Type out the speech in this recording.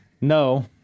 No